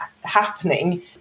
happening